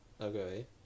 okay